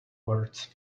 words